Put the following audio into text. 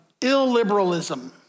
illiberalism